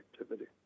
activity